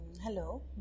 Hello